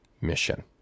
mission